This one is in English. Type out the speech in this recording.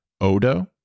Odo